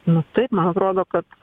nu taip man atrodo kad